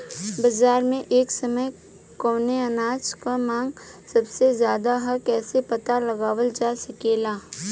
बाजार में एक समय कवने अनाज क मांग सबसे ज्यादा ह कइसे पता लगावल जा सकेला?